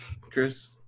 chris